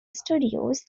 studios